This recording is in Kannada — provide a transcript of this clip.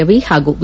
ರವಿ ಹಾಗೂ ವಿ